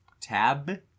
Tab